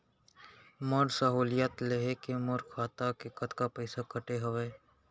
मोर सहुलियत लेहे के मोर खाता ले कतका पइसा कटे हवये?